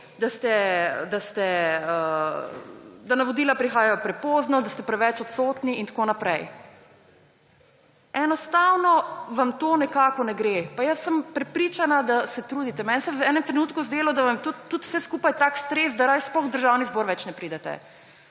da navodila prihajajo prepozno, da ste preveč odsotni in tako naprej. Enostavno vam to nekako ne gre. Pa jaz sem prepričana, da se trudite. Meni se je v enem trenutku zdelo, da vam je tudi vse skupaj tak stres, da v Državni zbor raje sploh več ne pridete.